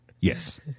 Yes